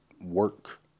work